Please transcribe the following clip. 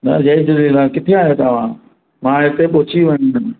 भाऊ जय झूलेलाल किते आहियो तव्हां मां हिते पहुची वियो आहियां हिनमें